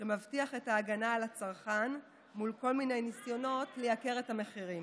שמבטיח את ההגנה על הצרכן מול כל מיני ניסיונות להעלות את המחירים.